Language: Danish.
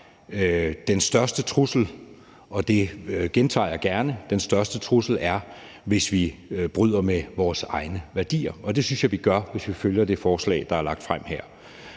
den største trussel, og det gentager jeg gerne, hvis vi bryder med vores egne værdier, og det synes jeg vi gør, hvis vi følger det forslag, der er fremsat her.